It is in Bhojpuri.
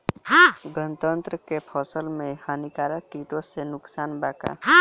गन्ना के फसल मे हानिकारक किटो से नुकसान बा का?